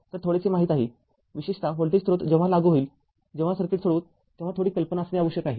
तर थोडेसे माहित आहे विशेषतः व्होल्टेज स्त्रोत जेव्हा लागू होईलजेव्हा सर्किट सोडवू तेव्हा थोडी कल्पना असणे आवश्यक आहे